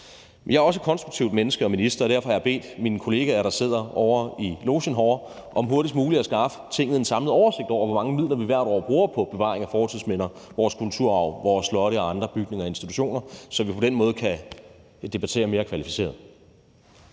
jeg er også et konstruktivt menneske og en konstruktiv minister, og derfor har jeg bedt mine kollegaer, der sidder i logen herovre, om hurtigst muligt at skaffe Tinget en samlet oversigt over, hvor mange midler vi hvert år bruger på bevaring af vores fortidsminder, kulturarv, slotte og andre bygninger og institutioner, så vi på den måde kan debattere mere kvalificeret.